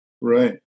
Right